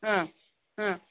ꯑꯥ ꯑꯥ